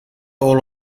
all